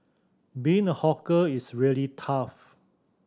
being a hawker is really tough